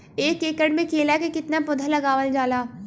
एक एकड़ में केला के कितना पौधा लगावल जाला?